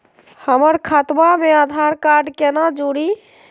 हमर खतवा मे आधार कार्ड केना जुड़ी?